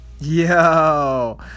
Yo